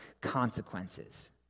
consequences